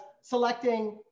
selecting